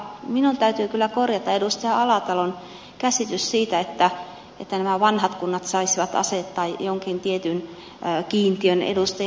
minun täytyy kyllä korjata edustaja alatalon käsitys siitä että nämä vanhat kunnat saisivat asettaa jonkin tietyn kiintiön edustajia